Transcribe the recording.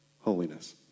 holiness